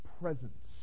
presence